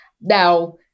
Now